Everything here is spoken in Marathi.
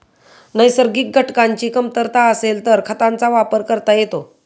नैसर्गिक घटकांची कमतरता असेल तर खतांचा वापर करता येतो